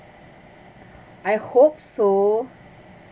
I hope so